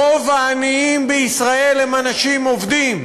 רוב העניים בישראל הם אנשים עובדים.